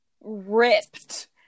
ripped